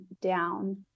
down